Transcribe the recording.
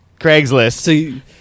Craigslist